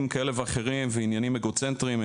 כאלה ואחרים ועניינים אגוצנטריים.